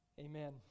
Amen